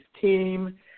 team